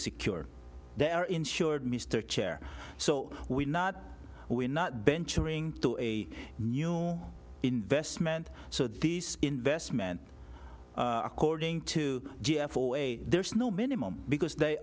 secure they're insured mr chair so we're not we're not bench during a new investment so these investment according to a there's no minimum because they